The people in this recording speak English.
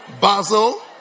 basil